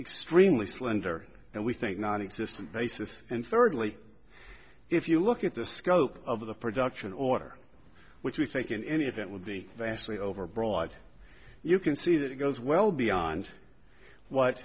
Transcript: extremely slender and we think nonexistent basis and thirdly if you look at the scope of the production order which we take in any event will be vastly over broad you can see that it goes well beyond what